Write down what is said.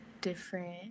different